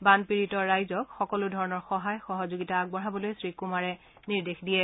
বানপীডিত ৰাইজক সকলোধৰণৰ সহায় সহযোগিতা আগবঢ়াবলৈ শ্ৰীকুমাৰে নিৰ্দেশ দিয়ে